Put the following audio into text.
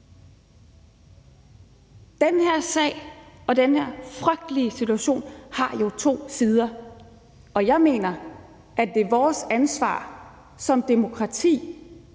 Den her sag og den her frygtelige situation har jo to sider, og jeg mener, at det er vores ansvar som demokrati,